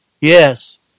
Yes